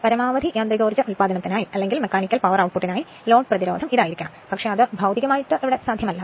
പരമാവധി യാന്ത്രോകോർജ ഉൽപാദനത്തിനായി ലോഡ് റെസിസ്റ്റൻസ് ഇതായിരിക്കണം പക്ഷേ അത് ഭൌതികമായി സാധ്യമല്ല